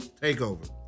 takeover